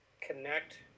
connect